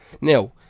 now